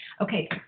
Okay